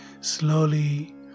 Slowly